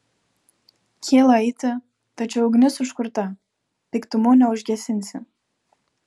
kyla eiti tačiau ugnis užkurta piktumu neužgesinsi